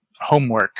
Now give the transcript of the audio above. Homework